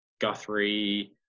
Guthrie